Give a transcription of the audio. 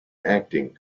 acting